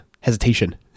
hesitation